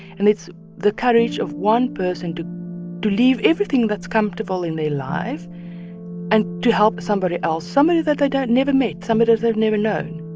and it's the courage of one person to to leave everything that's comfortable in their life and to help somebody else somebody that they don't never met, somebody they've never known